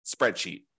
spreadsheet